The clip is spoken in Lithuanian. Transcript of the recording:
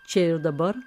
čia ir dabar